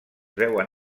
veuen